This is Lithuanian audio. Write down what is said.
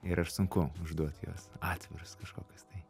ir aš sunku užduot juos atvirus kažkokius tai